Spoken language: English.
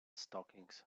stockings